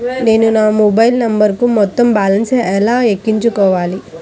నేను నా మొబైల్ నంబరుకు మొత్తం బాలన్స్ ను ఎలా ఎక్కించుకోవాలి?